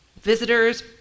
visitors